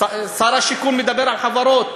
שר השיכון מדבר על חברות,